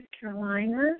Carolina